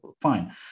fine